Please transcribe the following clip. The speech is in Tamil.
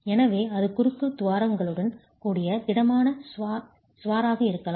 எனவே அது குறுக்கு துவாரங்களுடன் கூடிய திடமான சுவராக இருக்கலாம்